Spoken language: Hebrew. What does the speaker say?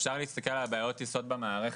אפשר להסתכל על בעיות היסוד במערכת,